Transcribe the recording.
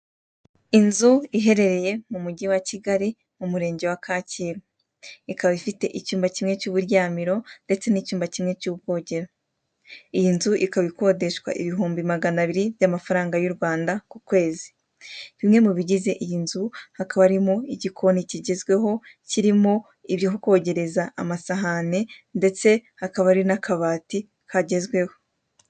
Inzu ihererreye mu mugi wa Kigali mu murenge wa Kacyiru, ikaba ifite ivyunba kimwe cy'uburyamo ndetse n'ictyumba cyimwe ct'ubwogero. Iyi nzu ikaba ikodeshwa ibihumbi magana abir by'amafaranga y'u Rwanda ku kwezi, imwe mubiize iyi nzu hakaba harimo igioni cyigezweho kirimo ibyokogereza amasahani ndetse hakaba hari n'akabati kagezweho.